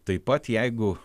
taip pat jeigu